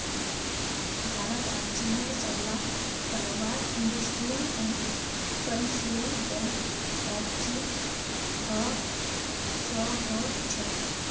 भारत आर चीनेर सबला कारोबार Industrial and Commercial Bank of चीन स हो छेक